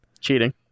Cheating